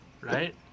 right